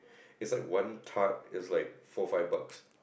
it's like one tart it's like four five bucks